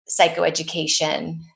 psychoeducation